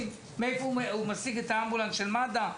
מאיפה הוא משיג את האמבולנס של מד"א?